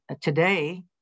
today